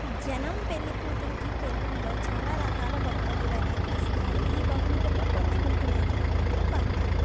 జనం పెళ్ళి కూతురికి పెళ్ళిల్లో చాలా రకాల బహుమతులు అనేది ఇస్తారు ఈ బహుమతుల్లో కొన్ని ముఖ్యమైన బహుమతులు బంగారం